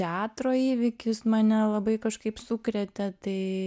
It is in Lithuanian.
teatro įvykis mane labai kažkaip sukrėtė tai